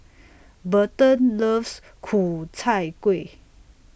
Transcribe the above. Berton loves Ku Chai Kuih